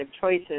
choices